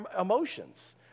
emotions